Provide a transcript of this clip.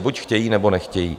Buď chtějí, nebo nechtějí.